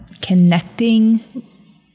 connecting